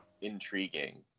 intriguing